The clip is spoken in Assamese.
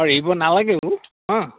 অঁ এৰিব নালাগেও আ